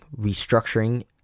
restructuring